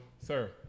sir